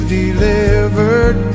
delivered